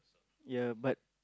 ya but